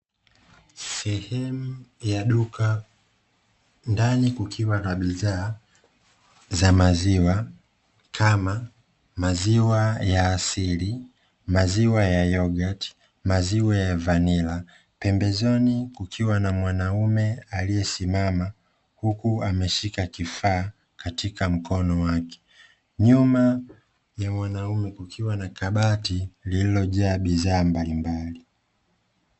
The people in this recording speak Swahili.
Sehemu ya duka ndani kukiwa na bidhaa za maziwa kama maziwa ya asili, maziwa ya yogati, maziwa ya vanila, pembezoni kukiwa na mwanaume aliyesimama huku ameshika kifaa katika mkono wake nyuma ya mwanaume kukiwa na kabati lililojaa bidhaa mbalimbali.